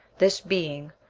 this being,